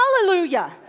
hallelujah